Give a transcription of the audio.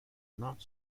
not